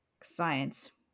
science